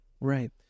right